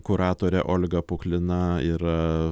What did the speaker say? kuratorė olga puklina yra